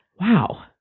wow